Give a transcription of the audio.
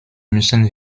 müssen